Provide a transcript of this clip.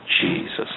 Jesus